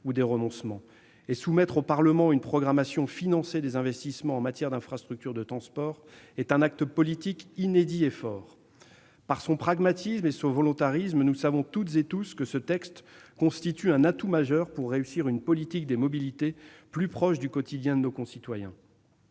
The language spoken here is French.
ou des renoncements. Soumettre au Parlement une programmation financée des investissements dans les infrastructures de transports est un acte politique inédit et fort. Par son pragmatisme et son volontarisme- nous le savons toutes et tous -, ce texte constitue un atout majeur pour réussir une politique des mobilités plus proche du quotidien de nos concitoyens.